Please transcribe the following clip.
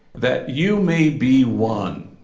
that you may be one